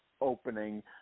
opening